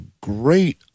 great